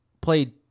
played